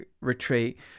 retreat